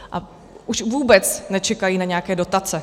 A už vůbec nečekají na nějaké dotace.